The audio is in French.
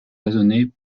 raisonnée